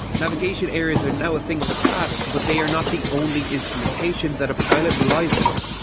navigation errors are now a thing of the past, but they are not the only instrumentation that a pilot relies upon.